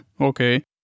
okay